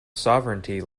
sovereignty